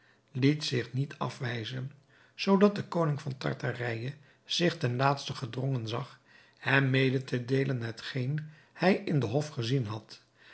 liet zich niet afwijzen zoodat de koning van tartarije zich ten laatste gedrongen zag hem mede te deelen hetgeen hij in den hof gezien had